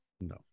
No